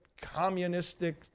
communistic